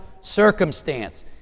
circumstance